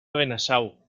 benasau